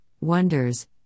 wonders